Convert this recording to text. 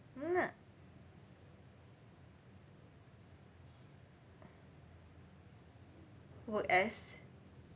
!hanna! work as